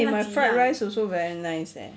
my fried rice also very nice eh